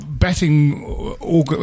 Betting